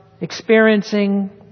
experiencing